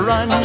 Run